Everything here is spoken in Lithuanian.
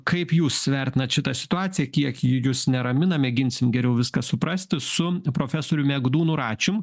kaip jūs vertinat šitą situaciją kiek ji jus neramina mėginsim geriau viską suprasti su profesoriumi egdūnu račium